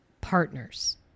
partners